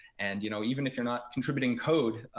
and you know even if you're not contributing code,